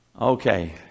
Okay